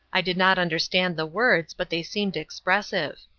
i did not understand the words, but they seemed expressive.